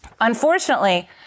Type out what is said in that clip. Unfortunately